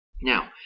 Now